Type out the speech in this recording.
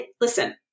listen